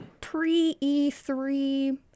pre-E3